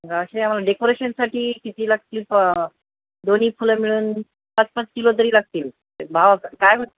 असे डेकोरेशनसाठी किती किती लागतील प दोन्ही फुलं मिळून पाच पाच किलो तरी लागतील भाव काय म्हटलं